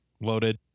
loaded